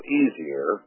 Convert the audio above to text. easier